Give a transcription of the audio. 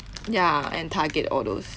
ya and target all those